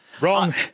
Wrong